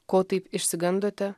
ko taip išsigandote